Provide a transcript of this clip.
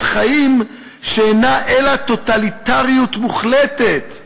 חיים שאינה אלא טוטליטריות מוחלטת,